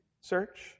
search